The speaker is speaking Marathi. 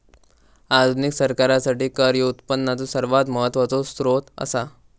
आधुनिक सरकारासाठी कर ह्यो उत्पनाचो सर्वात महत्वाचो सोत्र असा